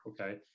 okay